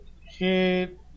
Hit